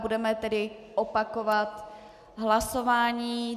Budeme tedy opakovat hlasování.